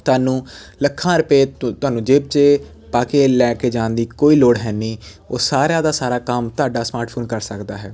ਤੁਹਾਨੂੰ ਲੱਖਾਂ ਰੁਪਏ ਤ ਤੁਹਾਨੂੰ ਜੇਬ 'ਚ ਪਾ ਕੇ ਲੈ ਕੇ ਜਾਣ ਦੀ ਕੋਈ ਲੋੜ ਹੈ ਨਹੀਂ ਉਹ ਸਾਰੇ ਦਾ ਸਾਰਾ ਕੰਮ ਤੁਹਾਡਾ ਸਮਾਰਟਫੋਨ ਕਰ ਸਕਦਾ ਹੈ